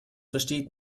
versteht